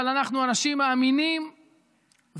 אבל אנחנו אנשים מאמינים ואופטימיים.